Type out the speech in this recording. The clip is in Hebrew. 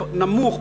נמוך,